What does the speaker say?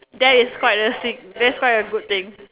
that is quite a sick that's quite a good thing